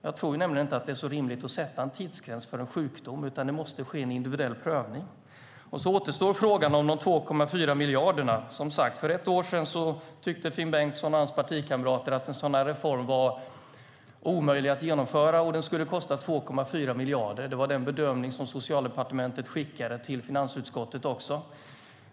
Det är inte rimligt att sätta en tidsgräns på en sjukdom, utan det måste ske en individuell prövning. Frågan om de 2,4 miljarderna återstår. För ett år sedan tyckte Finn Bengtsson och hans partikamrater att en sådan här reform var omöjlig att genomföra, och den skulle kosta 2,4 miljarder. Det var den bedömning som Socialdepartementet skickade till finansutskottet också.